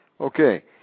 Okay